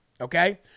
okay